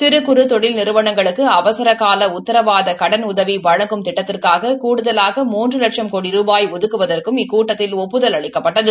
சிறு குறு தொழில் நிறுவனங்களுக்கு அவரகால உத்தரவாத கடன் உதவி வழங்கும் திட்டத்திற்காக கூடுதலாக மூன்று லட்சம் கோடி ரூபாய் ஒதுக்குவதற்கும் இக்கூட்டத்தில் ஒப்புதல் அளிக்கப்பட்டது